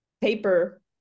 paper